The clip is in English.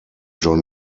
john